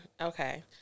Okay